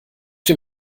dem